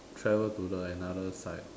travel to the another side